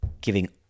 giving